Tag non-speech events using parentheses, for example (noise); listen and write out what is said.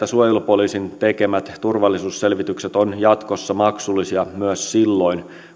(unintelligible) suojelupoliisin tekemät turvallisuusselvitykset ovat jatkossa maksullisia myös silloin